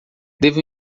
devo